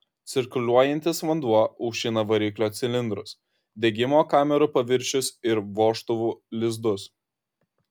cirkuliuojantis vanduo aušina variklio cilindrus degimo kamerų paviršius ir vožtuvų lizdus